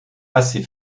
assez